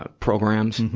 ah programs. and